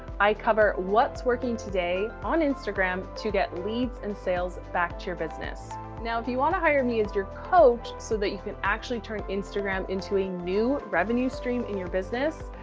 i cover what's working today on instagram to get leads and sales back to your business. now, if you want to hire me as your coach so that you can actually turn instagram into a new revenue stream in your business,